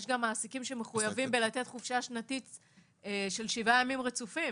יש גם מעסיקים שמחויבים לתת חופשה שנתית של 7 ימים רצופים.